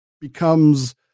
becomes